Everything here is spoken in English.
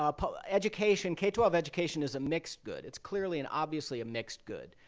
um but education, k twelve education is a mixed good. it's clearly and obviously a mixed good.